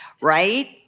Right